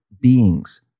beings